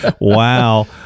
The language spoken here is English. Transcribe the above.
Wow